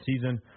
season